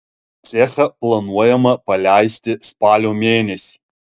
cechą planuojama paleisti spalio mėnesį